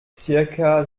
zirka